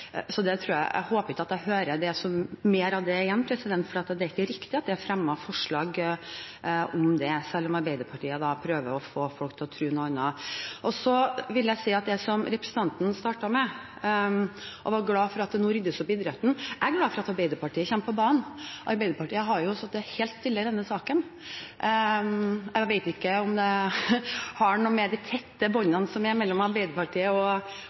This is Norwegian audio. forslag om det, selv om Arbeiderpartiet prøver å få folk til å tro noe annet. Til det som representanten startet med, at hun var glad for at det nå ryddes opp i idretten: Jeg er glad for at Arbeiderpartiet kommer på banen. Arbeiderpartiet har sittet helt stille i denne saken. Jeg vet ikke om det har noe med de tette båndene som er mellom Arbeiderpartiet og